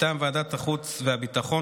מטעם ועדת החוץ והביטחון,